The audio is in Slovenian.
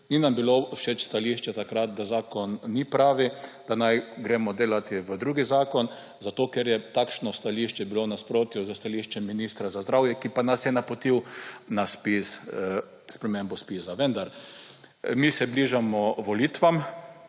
Ni nam bilo všeč stališče takrat, da zakon ni pravi, da naj gremo delati v drugi zakon, zato ker je takšno stališče bilo v nasprotju s stališčem ministra za zdravje, ki pa nas je napotil na spremembo ZPIZ-a. Vendar mi se bližamo volitvam,